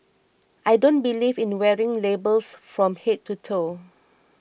I don't believe in wearing labels from head to toe